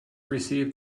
received